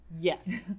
yes